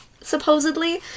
supposedly